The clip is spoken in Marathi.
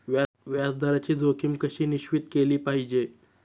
व्याज दराची जोखीम कशी निश्चित केली पाहिजे